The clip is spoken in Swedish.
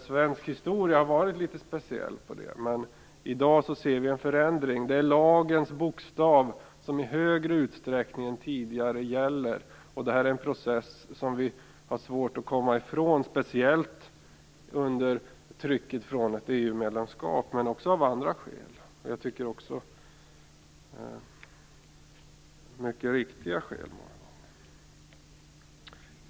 Svensk historia har varit litet speciell i fråga om detta. Men i dag ser vi en förändring. Det är lagens bokstav som i större utsträckning än tidigare gäller. Och detta är en process som vi har svårt att komma ifrån, speciellt under trycket från ett EU-medlemskap men också av andra skäl. Jag tycker också att det många gånger är mycket riktiga skäl.